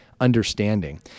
understanding